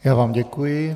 Já vám děkuji.